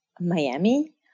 Miami